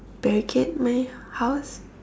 barricade my house